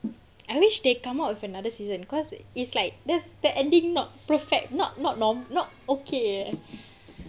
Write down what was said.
I wish they come out with another season cause it's like there's that ending not perfect not not normal not not okay